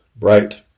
Right